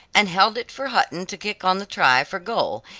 and held it for hutton to kick on the try for goal,